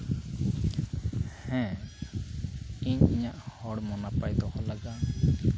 ᱦᱮᱸ ᱤᱧ ᱤᱧᱟᱹᱜ ᱦᱚᱲᱢᱚ ᱱᱟᱯᱟᱭ ᱫᱚᱦᱚ ᱞᱟᱹᱜᱤᱫ